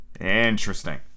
Interesting